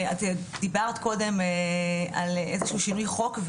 את דיברת קודם על איזה שהוא שינוי חוק,